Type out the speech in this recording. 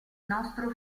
nostro